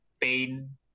pain